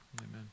amen